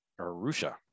arusha